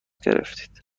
گرفتید